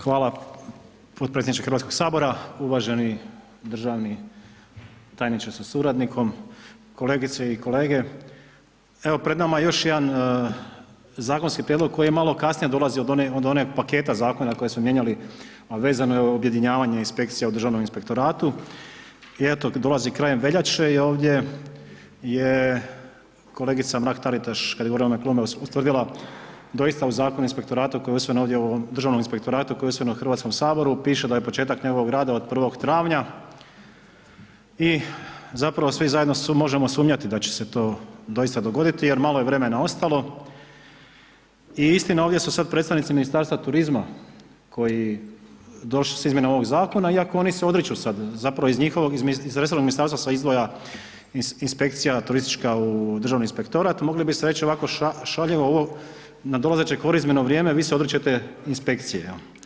Hvala potpredsjedniče HS, uvaženi državni tajniče sa suradnikom, kolegice i kolege, evo pred nama je još jedan zakonski prijedlog koji je malo kasnije dolazi od onog paketa zakona koji smo mijenjali, a vezano je za objedinjavanje u Državnom inspektoratu i eto dolazi krajem veljače i ovdje je kolegica Mrak Taritaš kad je… [[Govornik se ne razumije]] ustvrdila doista u Zakonu o inspektoratu koji je usvojen ovdje u ovom Državnom inspektoratu koji je usvojen u HS, piše da je početak njegovog rada od 1. travnja i zapravo svi zajedno možemo sumnjati da će se to doista dogoditi jer malo je vremena ostalo i istina ovdje su sad predstavnici Ministarstva turizma koji došli su na izmjene ovog zakona iako oni odriču se sad, zapravo iz njihovog, iz resornog ministarstva se izdvaja inspekcija turistička u Državni inspektorat, moglo bi se reći ovako šaljivo ovo na dolazeće korizmeno vrijeme, vi se odričete inspekcije.